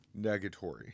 negatory